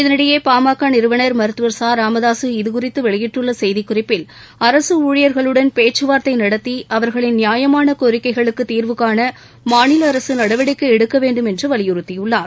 இதனிடையே பாமக நிறுவனர் மருத்துவர் ச ராமதாசு இதுகுறித்து வெளியிட்டுள்ள செய்திக் குறிப்பில் அரசு ஊழியர்களுடன் பேச்சுவார்ததை நடத்தி அவர்களின் நியாயமான கோரிக்கைகளுக்கு தீர்வு காண மாநில அரசு நடவடிக்கை எடுக்க வேண்டும் என்று வலியுறுத்தியுள்ளார்